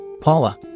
Paula